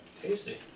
tasty